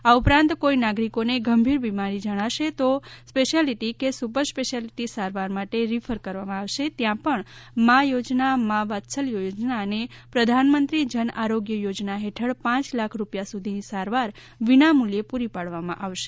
આ ઉપરાંત કોઈ નાગરિકોને ગંભીર બીમારી જણાશે તો સ્પેશિયાલિટી કે સુપર સ્પેશિયાલિટી સારવાર માટે રીફર કરવામાં આવશે ત્યાં પણ માં યોજના માં વાત્સલ્ય યોજના અને પ્રધાનમંત્રી જન આરોગ્ય યોજના હેઠળ પાંચ લાખ રૂપિયા સુધીની સારવાર વિનામૂલ્યે પૂરી પાડવામાં આવશે